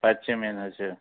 पांचशे म्हण अशें